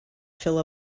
fill